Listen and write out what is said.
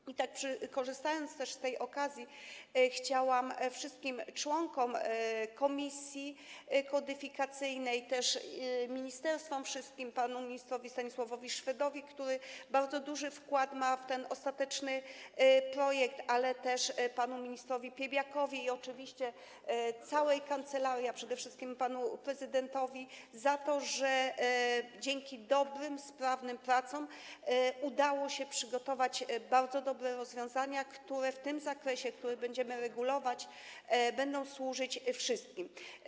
I tak, korzystając z tej okazji, chciałabym podziękować wszystkim członkom komisji kodyfikacyjnej, też wszystkim ministerstwom, panu ministrowi Stanisławowi Szwedowi, który bardzo duży wkład ma w ten ostateczny projekt, ale też panu ministrowi Piebiakowi i oczywiście całej kancelarii, a przede wszystkim panu prezydentowi za to, że dzięki dobrym, sprawnym pracom udało się przygotować bardzo dobre rozwiązania, które w tym zakresie, który będziemy regulować, będą służyć wszystkim.